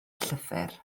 llythyr